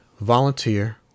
volunteer